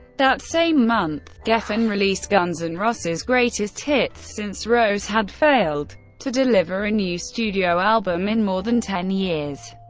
that same month, geffen released guns n' and roses' greatest hits, since rose had failed to deliver a new studio album in more than ten years.